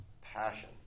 passion